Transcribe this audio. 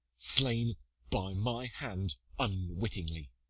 slain by my hand unwittingly.